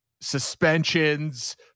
Suspensions